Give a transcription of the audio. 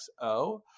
xo